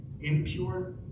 Impure